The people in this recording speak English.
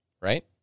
right